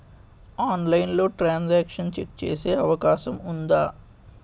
ఆన్లైన్లో transaction check చేసే అవకాశం ఉందా?